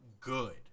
good